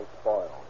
spoil